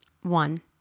One